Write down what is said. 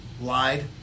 lied